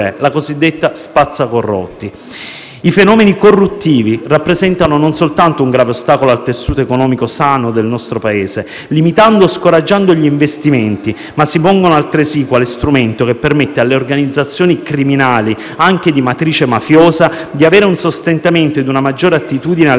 la cosiddetta spazza corrotti. I fenomeni corruttivi non solo rappresentano un grave ostacolo al tessuto economico sano del nostro Paese, limitando o scoraggiando gli investimenti, ma si pongono anche quale strumento che permette alle organizzazioni criminali, anche di matrice mafiosa, di avere un sostentamento e una maggiore attitudine alle